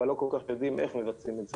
אבל לא כל כך יודעים איך מבצעים את זה,